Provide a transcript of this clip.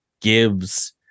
gives